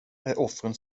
offren